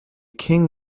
king